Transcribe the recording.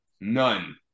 None